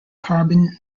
carbon